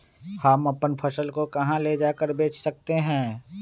हम अपनी फसल को कहां ले जाकर बेच सकते हैं?